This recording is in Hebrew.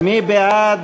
מי בעד?